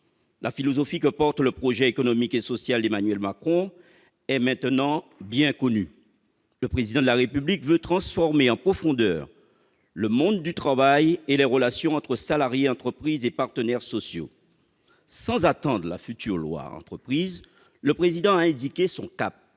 La philosophie que porte le projet économique et social d'Emmanuel Macron est maintenant bien connue. Le Président de la République veut transformer en profondeur le monde du travail et les relations entre salariés, entreprises et partenaires sociaux. Sans attendre la future loi « entreprises », le Président a indiqué son cap.